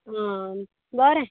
आं बरें